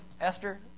Esther